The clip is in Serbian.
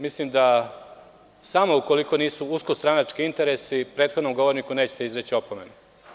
Mislim da samo ukoliko nisu usko stranački interesi, vi prethodnom govorniku nećete izreći opomenu.